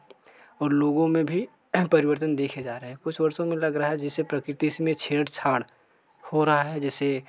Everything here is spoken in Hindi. और लोगों में भी परिवर्तन देखे जा रहे हैं कुछ वर्षों में लग रहा है जैसे प्रकृति इसमें छेड़ छाड़ हो रहा है जैसे